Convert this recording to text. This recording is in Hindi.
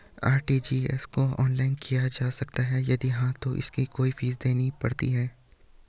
आर.टी.जी.एस को ऑनलाइन किया जा सकता है यदि हाँ तो इसकी कोई फीस देनी पड़ती है?